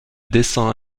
dessin